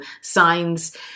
signs